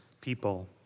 people